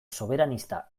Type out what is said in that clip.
soberanista